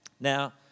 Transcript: Now